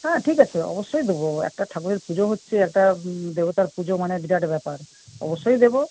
হ্যাঁ ঠিক আছে অবশ্যই দেবো একটা ঠাকুরের পুজো হচ্ছে একটা দেবতার পুজো মানে বিরাট ব্যাপার অবশ্যই দেবো